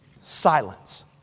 Silence